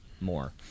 more